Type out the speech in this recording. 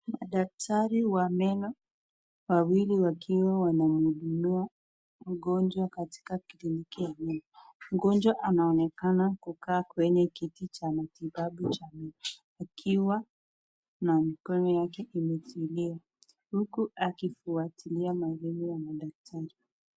Madaktari wa meno, wawili wakiwa wanamhudumia mgonjwa katika kliniki ya meno. Mgonjwa anaonekana kukaa kwenye kiti cha matibabu cha meno akiwa na mkono yake imezuiliwa, huku akifuatilia maelezo ya madaktari.